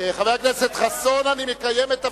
חבר הכנסת חסון, אני מקיים את תפקידי.